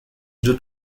due